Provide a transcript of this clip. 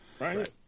Right